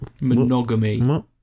Monogamy